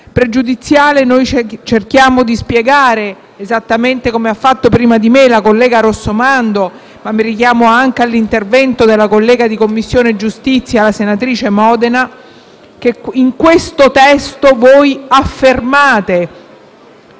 pregiudiziale cerchiamo di spiegare, come ha fatto prima di me la collega Rossomando (ma mi richiamo anche all'intervento svolto in Commissione giustizia dalla senatrice Modena), che in questo testo voi affermate